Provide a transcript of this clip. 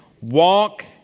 walk